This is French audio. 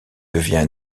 devient